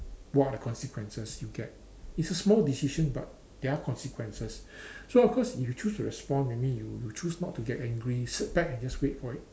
what are the consequences you get it's a small decision but there are consequences so of course if you choose to respond maybe you you choose not to get angry sit back and just wait for it